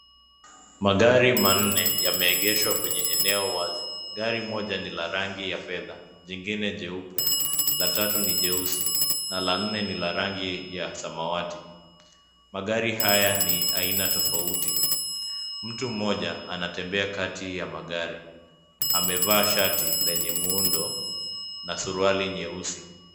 Magari manne yameegeshwa kwenye eneo wazi. Gari moja ni la rangi ya fedha, jingine jeupe, la tatu ni jeusi na la nne ni la rangi ya samawati. Magari haya ni aina tofauti. Mtu mmoja anatembea kati ya magari, amevaa shati lenye muundo na suruali nyeusi.